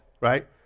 right